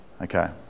Okay